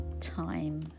time